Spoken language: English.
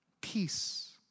Peace